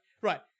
Right